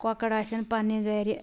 کۄکر آسیٚن پننہِ گھرِ ِ